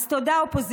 אז תודה, אופוזיציה.